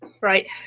Right